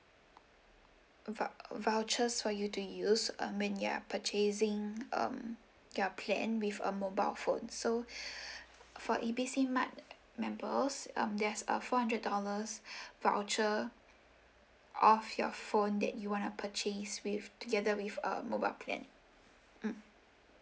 vou~ vouchers for you to use uh when you are purchasing um your plan with a mobile phone so for A B C mart members um there's a four hundred dollars voucher off your phone that you want to purchase with together a mobile plan mm